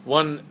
one